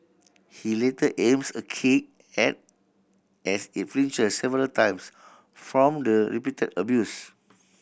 he later aims a kick at as it flinches several times from the repeated abuse